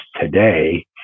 today